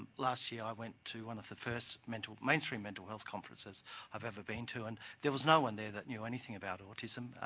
last year i went to one of the first mental mainstream mental health conferences i've ever been to, and there was no one there that knew anything about autism,